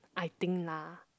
I think lah